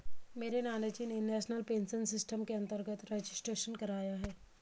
मेरे नानाजी ने नेशनल पेंशन सिस्टम के अंतर्गत रजिस्ट्रेशन कराया है